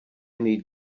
need